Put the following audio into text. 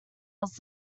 was